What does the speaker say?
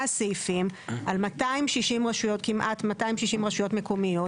סעיפים על כמעט 260 רשויות מקומיות,